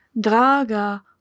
Draga